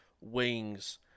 wings